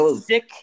Sick